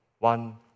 one